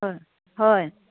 হয় হয়